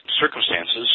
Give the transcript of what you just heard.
Circumstances